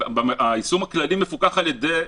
יישום הכללים מפוקח על ידי...